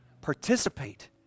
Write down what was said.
Participate